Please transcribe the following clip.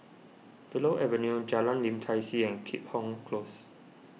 Willow Avenue Jalan Lim Tai See and Keat Hong Close